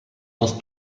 dels